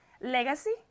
legacy